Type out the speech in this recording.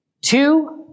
Two